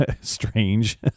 strange